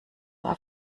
war